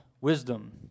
wisdom